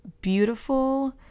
beautiful